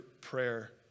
prayer